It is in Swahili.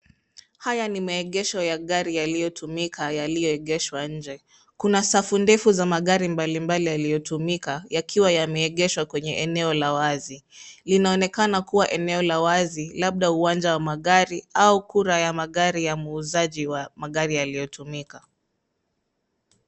Haya ni maegesho ya gari yaliyotumika, yaliyoegeshwa nje. Kuna safu ndefu za magari mbalimbali yaliyotumika yakiwa yameegeshwa kwenye eneo la wazi. Linaonekana kuwa eneo la wazi labda uwanja wa magari au kura ya magari ya muuzaji wa magari yaliyotumika.